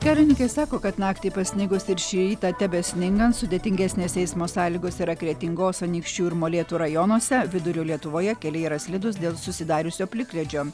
kelininkai sako kad naktį pasnigus ir šį rytą tebesningant sudėtingesnės eismo sąlygos yra kretingos anykščių ir molėtų rajonuose vidurio lietuvoje keliai yra slidūs dėl susidariusio plikledžio